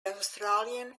australian